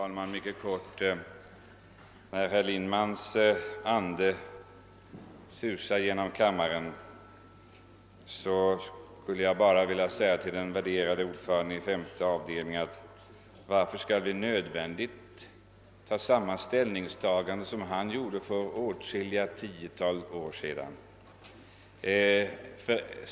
Herr talman! När Arvid Lindmans ande går genom kammaren skulle jag bara vilja fråga femte avdelningens värderade ordförande, varför vi nödvändigtvis i dag skall inta samma ståndpunkt som han gjorde för åtskilliga tiotal år sedan.